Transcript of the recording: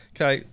Okay